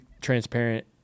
transparent